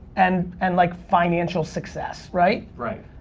and and like financial success, right? right.